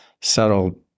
subtle